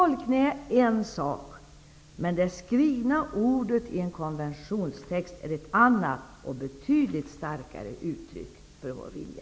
Tolkning är en sak, men det skrivna ordet i en konventionstext är ett annat och ett betydligt starkare uttryck för vår vilja.